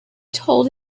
told